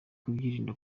kubyirinda